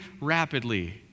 rapidly